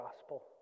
gospel